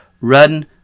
run